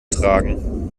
tragen